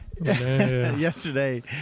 yesterday